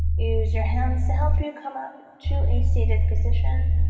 use your hands to help you come up to a seated position